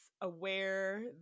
aware